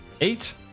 Eight